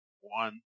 One